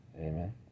Amen